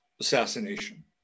assassination